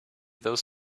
those